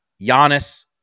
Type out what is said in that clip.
Giannis